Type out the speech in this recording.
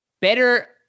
better